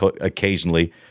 occasionally